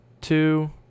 two